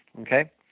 Okay